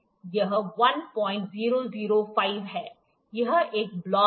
यह 1005 है यह एक ब्लॉक है